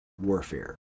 Warfare